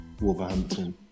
Wolverhampton